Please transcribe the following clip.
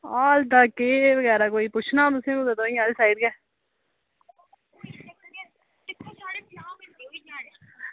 hall दा केह् बगैरा तुसें पुच्छना हा कुदै तुआहीं आह्ली साईड कुदै